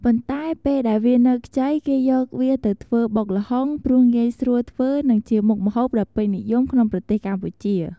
ប៉ុន្តែពេលដែលវានៅខ្ចីគេយកវាទៅធ្វើបុកល្ហុងព្រោះងាយស្រួលធ្វើនិងជាមុខម្ហូបដ៏ពេញនិយមក្នុងប្រទេសកម្ពុជា។